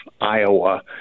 Iowa